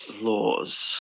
laws